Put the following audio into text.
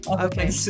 Okay